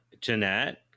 Jeanette